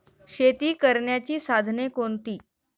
शेती करण्याची साधने कोणती?